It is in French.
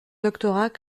doctorat